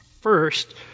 First